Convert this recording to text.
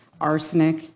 arsenic